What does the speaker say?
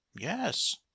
yes